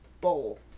bowl